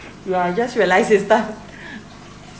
yeah just realised this stuff